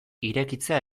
irekitzea